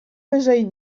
wyżej